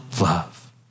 love